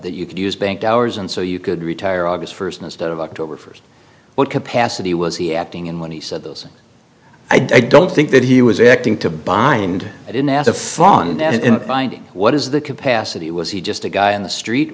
that you could use bank hours and so you could retire august first instead of october first what capacity was he acting in when he said those i don't think that he was acting to bind it in as a fond and binding what is the capacity was he just a guy on the street